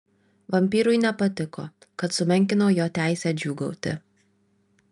vampyrui nepatiko kad sumenkinau jo teisę džiūgauti